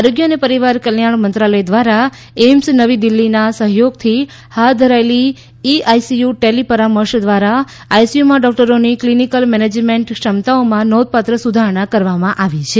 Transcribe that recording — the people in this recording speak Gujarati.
આરોગ્ય અને પરિવાર કલ્યાણ મંત્રાલય દ્વારા એઇમ્સ નવી દિલ્હીના સહયોગથી હાથ ધરાયેલી ઇ આઇસીયુ ટે લિ પરામર્શ દ્વારા આઇસીયુમાં ડોકટરોની ક્લિનિકલ મેનેજમેન્ટ ક્ષમતાઓમાં નોંધપાત્ર સુધારણા કરવામાં આવી છે